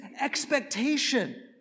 expectation